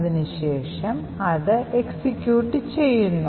അതിനുശേഷം അത് എക്സിക്യൂട്ട് ചെയ്യുന്നു